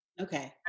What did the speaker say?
Okay